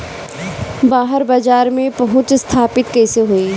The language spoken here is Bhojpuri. बाहर बाजार में पहुंच स्थापित कैसे होई?